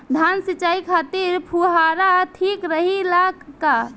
धान सिंचाई खातिर फुहारा ठीक रहे ला का?